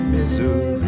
Missouri